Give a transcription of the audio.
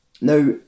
now